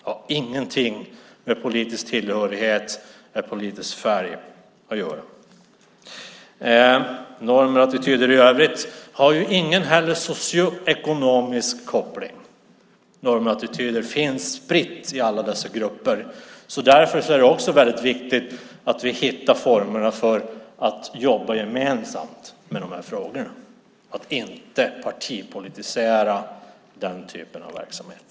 Det har ingenting med politisk tillhörighet eller med politisk färg att göra. Normer och attityder i övrigt har ju inte heller någon socioekonomisk koppling. Normer och attityder finns spridda i alla dessa grupper. Därför är det också väldigt viktigt att vi hittar formerna för att jobba gemensamt med de här frågorna och att inte partipolitisera den typen av verksamhet.